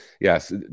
Yes